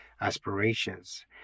aspirations